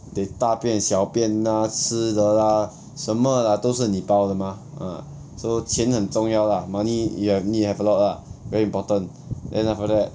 they 大便小便 ah 吃的 lah 什么 lah 都是你包的 mah ah so 钱很重要 lah money you have need to have a lot lah very important then after that